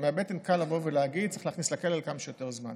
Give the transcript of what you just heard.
מהבטן קל לבוא ולהגיד: צריך להכניס לכלא לכמה שיותר זמן,